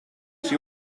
she